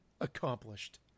accomplished